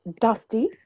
Dusty